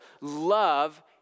love